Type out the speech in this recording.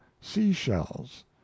sea-shells